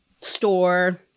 store